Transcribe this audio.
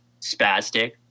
spastic